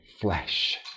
flesh